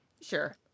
Sure